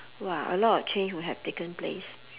!wow! a lot of change would have taken place